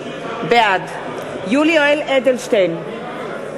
בעד יולי יואל אדלשטיין,